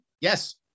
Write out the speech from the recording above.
Yes